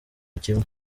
kimwe